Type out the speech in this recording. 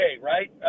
right